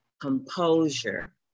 composure